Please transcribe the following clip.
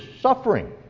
suffering